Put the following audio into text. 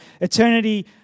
eternity